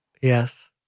Yes